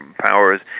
powers